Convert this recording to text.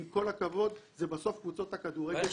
עם כל הכבוד זה קבוצות הכדורגל שמשקיעות מיליונים.